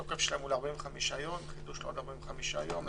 התוקף שלהם הוא ל-45 יום עם חידוש לעוד 45 יום.